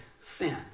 sin